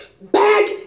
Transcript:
back